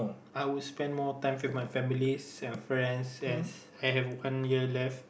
I'd spend more time with my families and friends yes i have one year left